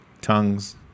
tongues